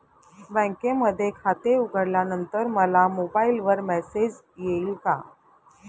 बँकेमध्ये खाते उघडल्यानंतर मला मोबाईलवर मेसेज येईल का?